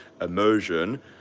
immersion